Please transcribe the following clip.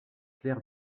clair